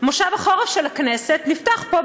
כנס החורף של הכנסת נפתח פה,